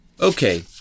Okay